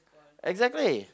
exactly